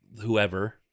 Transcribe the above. whoever